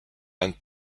and